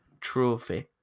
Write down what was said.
trophy